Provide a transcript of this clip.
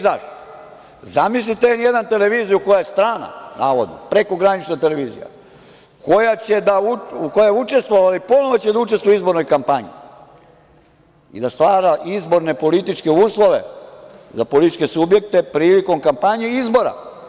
Zamislite N1 televiziju, koja je strana, navodno, prekogranična televizija, koja je učestvovala i ponovo će da učestvuje u izbornoj kampanji i da stvara izborne političke uslove za političke subjekte prilikom kampanje i izbora.